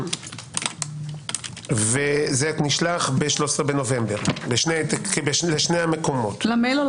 זה נשלח ב-13.11 לשני המקורות, למייל.